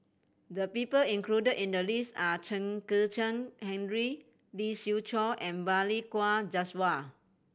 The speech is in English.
the people included in the list are Chen Kezhan Henri Lee Siew Choh and Balli Kaur Jaswal